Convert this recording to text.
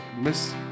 miss